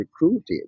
recruited